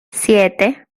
siete